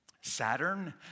Saturn